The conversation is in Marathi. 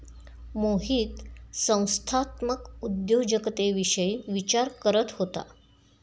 मोहित संस्थात्मक उद्योजकतेविषयी विचार करत होता